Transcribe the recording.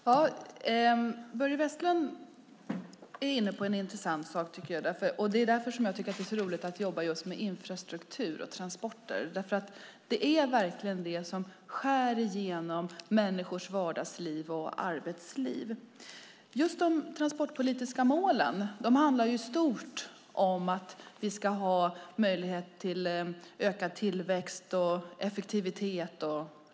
Herr talman! Börje Vestlund tar upp en intressant fråga. Det är roligt att jobba med infrastruktur och transporter eftersom det berör människors vardagsliv och arbetsliv. De transportpolitiska målen handlar om att vi ska ha möjlighet till ökad tillväxt och effektivitet.